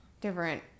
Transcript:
Different